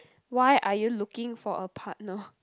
why are you looking for a partner